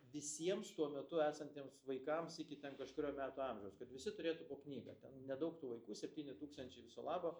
visiems tuo metu esantiems vaikams iki ten kažkurio metų amžiaus kad visi turėtų po knygą ten nedaug tų vaikų septyni tūkstančiai viso labo